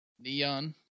Neon